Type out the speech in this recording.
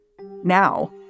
Now